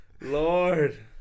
Lord